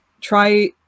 try